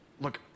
look